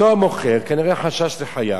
אותו מוכר כנראה חשש לחייו,